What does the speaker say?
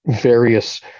various